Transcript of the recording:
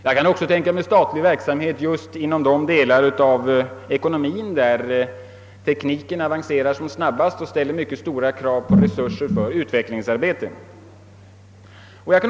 Jag kan också tänka mig statlig verksamhet inom just de delar av ekonomin där tekniken avancerar som snabbast och ställer mycket stora krav på resurser och utvecklingsarbete.